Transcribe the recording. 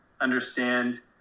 understand